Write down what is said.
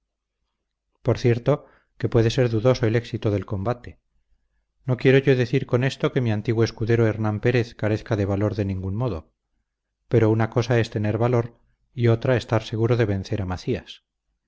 por cierto que puede ser dudoso el éxito del combate no quiero yo decir con esto que mi antiguo escudero hernán pérez carezca de valor de ningún modo pero una cosa es tener valor y otra estar seguro de vencer a macías